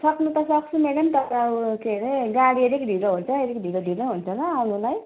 सक्नु त सक्छु म्याडम तर अब के अरे गाडी अलिक ढिलो हुन्छ अलिक ढिलो ढिलो हुन्छ ल आउनुलाई